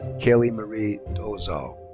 kailee marie dolezal.